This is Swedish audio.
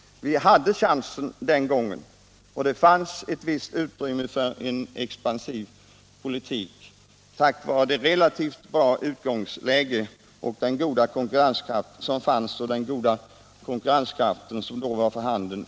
Vi hade chansen den gången, och det fanns ett visst utrymme för en expansiv politik tack vare ett relativt bra utgångsläge och den goda konkurrenskraft som vår export då hade.